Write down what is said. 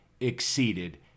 exceeded